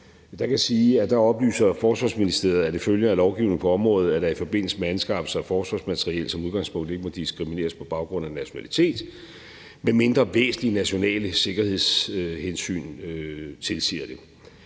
Der kan jeg sige, at Forsvarsministeriet oplyser, at det følger af lovgivningen på området, at der i forbindelse med anskaffelser af forsvarsmateriel som udgangspunkt ikke må diskrimineres på baggrund af nationalitet, medmindre væsentlige nationale sikkerhedshensyn tilsiger det,